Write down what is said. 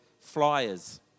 flyers